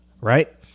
right